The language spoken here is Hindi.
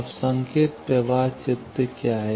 अब संकेत प्रवाह चित्र क्या है